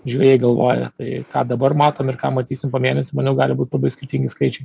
žvejai galvoja tai ką dabar matom ir ką matysim po mėnesio manau gali būt labai skirtingi skaičiai